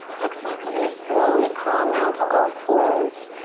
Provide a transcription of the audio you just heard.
excellent. we're gonna slowly crawl now to all fours.